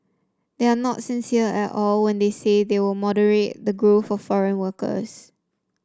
they are not sincere at all when they say they will moderate the growth of foreign workers